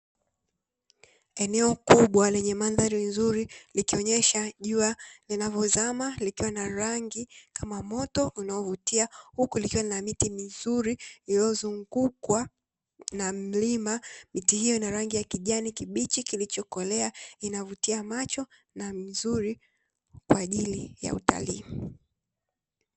Eneo kubwa lenye mandhari nzuri likionyesha jua linavyozama, likiwa na rangi kama moto unaovutia huku na miti mizuri iliyozungukwa na mlima miti hiyo na rangi ya kijani kibichi kilichokolea inavutia macho na mizuri kwa ajili ya utalii.